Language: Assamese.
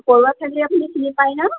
বৰুৱা চাৰিআলি আপুনি চিনি পায় ন